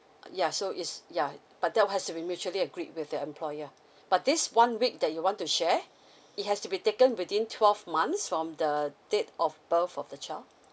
yeah so is yeah but that has to be mutually agreed with the employer but this one week that you want to share it has to be taken within twelve months from the date of birth of the child